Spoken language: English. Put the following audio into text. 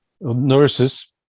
nurses